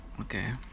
Okay